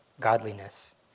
godliness